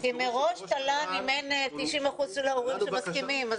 כי מראש תל"ן מימן 90 אחוזים של ההורים שמסכימים.